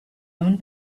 own